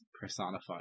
personified